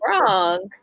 wrong